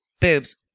Boobs